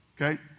Okay